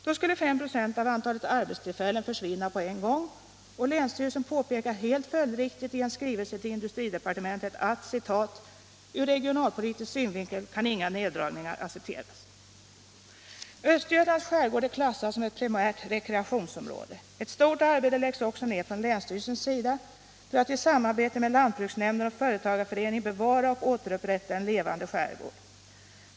Då skulle 5 96 av antalet arbetstillfällen försvinna på en gång, och länsstyrelsen påpekar helt följdriktigt i en skrivelse till industridepartementet att ”ur regionalpolitisk synvinkel kan inga neddragningar accepteras”. Östergötlands skärgård är klassad som ett primärt rekreationsområde. Ett stort arbete läggs också ner från länsstyrelsens sida för att i samarbete med lantbruksnämnden och företagarföreningen bevara och återupprätta en levande skärgård.